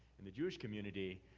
in the jewish community,